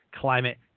climate